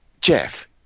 Jeff